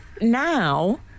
now